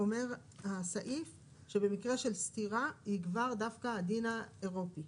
אומר הסעיף שבמקרה של סתירה יגבר דווקא הדין האירופי.